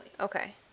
Okay